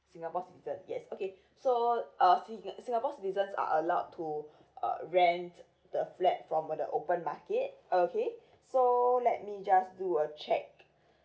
singapore citizen yes okay so uh citizen singapore citizens are allowed to uh rent the flat from the open market okay so let me just do a check